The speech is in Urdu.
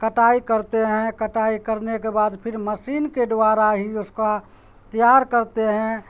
کٹائی کرتے ہیں کٹائی کرنے کے بعد پھر مشین کے دوارا ہی اس کا تیار کرتے ہیں